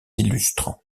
illustrant